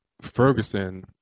Ferguson